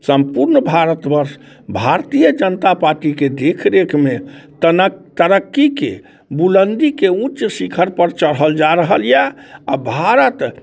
सम्पूर्ण भारतवर्ष भारतीय जनता पार्टीके देख रेखमे तरक तरक्कीके बुलन्दीके उच्च शिखरपर चढ़ल जा रहल यऽ आओर भारत